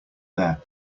there